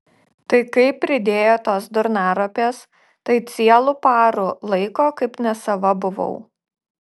tai kai pridėjo tos durnaropės tai cielų parų laiko kaip nesava buvau